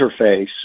interface